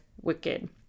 wicked